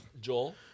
Joel